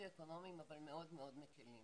סוציואקונומיים אבל מאוד מאוד מקלים,